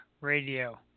Radio